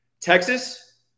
Texas